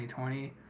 2020